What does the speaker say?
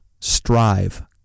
Strive